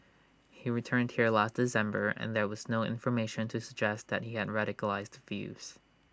he returned here last December and there was no information to suggest that he had radicalised views